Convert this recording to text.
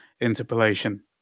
interpolation